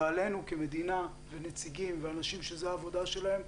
ועלינו כמדינה ונציגים ואנשים שזאת העבודה שלהם,